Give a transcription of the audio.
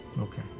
Okay